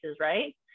right